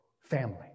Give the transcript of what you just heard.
family